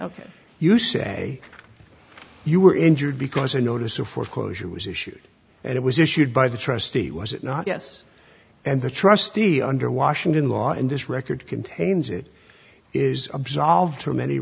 ok you say you were injured because a notice of foreclosure was issued and it was issued by the trustee was it not yes and the trustee under washington law in this record contains it is absolved from any